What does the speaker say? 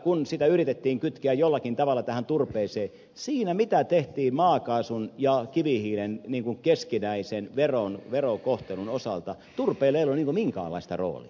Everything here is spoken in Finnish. kun sitä yritettiin kytkeä jollakin tavalla tähän turpeeseen niin siinä mitä tehtiin maakaasun ja kivihiilen niin kuin keskinäisen verokohtelun osalta turpeella ei ollut niin kuin minkäänlaista roolia